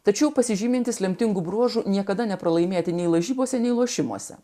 tačiau pasižymintys lemtingų bruožų niekada nepralaimėti nei lažybose nei lošimuose